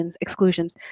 exclusions